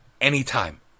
anytime